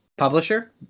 publisher